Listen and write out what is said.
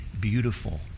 beautiful